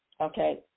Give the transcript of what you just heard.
Okay